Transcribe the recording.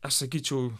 aš sakyčiau